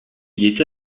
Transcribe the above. est